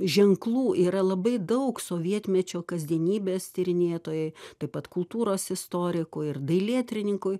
ženklų yra labai daug sovietmečio kasdienybės tyrinėtojai taip pat kultūros istorikui ir dailėtyrininkui